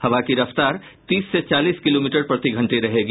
हवा की रफ्तार तीस से चालीस किलोमीटर प्रतिघंटे रहेगी